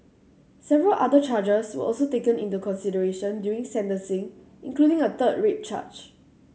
several other charges were also taken into consideration during sentencing including a third rape charge